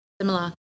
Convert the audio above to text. similar